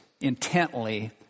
intently